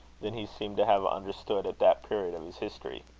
than he seemed to have understood at that period of his history.